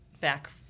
back